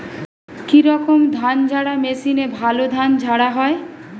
কি রকম ধানঝাড়া মেশিনে ভালো ধান ঝাড়া হয়?